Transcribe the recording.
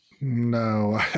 No